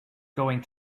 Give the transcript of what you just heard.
going